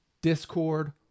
Discord